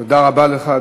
תודה רבה לך,